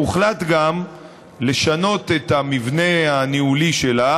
הוחלט גם לשנות את המבנה הניהולי שלה.